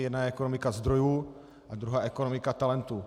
Jedna je ekonomika zdrojů a druhá ekonomika talentů.